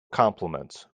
compliments